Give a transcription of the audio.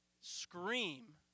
scream